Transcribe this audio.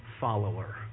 follower